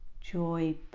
joy